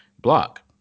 Block